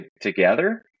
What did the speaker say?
together